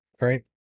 right